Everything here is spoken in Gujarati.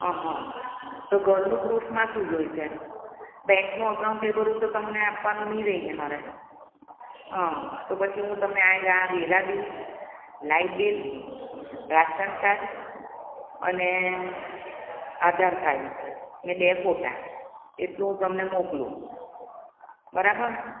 હા હા તો ઘરનું પ્રૂફમાં શું જોઈશે બેન્કનું અકાઉન્ટ એ બધું તો તમને આપવાનું નહીં રહેને મારે હા તો પછી હું તમને આયરા આ વેરા bill light bill ration card અને આધાર કાર્ડ અને બે ફોટા એટલું હું તમને મોકલું બરાબર